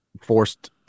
forced